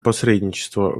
посредничества